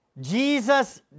Jesus